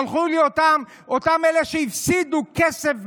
שלחו אותי אותם אלה שהפסידו כסף,